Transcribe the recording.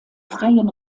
freien